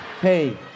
hey